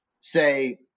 say